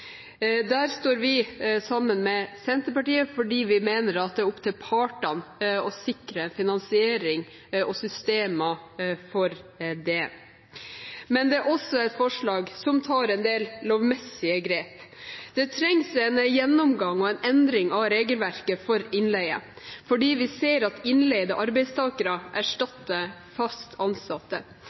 står vi sammen med Senterpartiet, fordi vi mener at det er opp til partene å sikre finansiering og systemer for det. Men dette er også et forslag som tar en del lovmessige grep. Det trengs en gjennomgang og en endring av regelverket for innleie, fordi vi ser at innleide arbeidstakere erstatter fast ansatte.